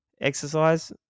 Exercise